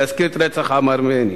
להזכיר את רצח העם הארמני.